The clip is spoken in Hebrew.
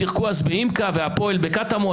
שיחקה אז בימק"א והפועל בקטמון.